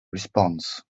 response